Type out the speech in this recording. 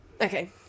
Okay